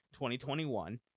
2021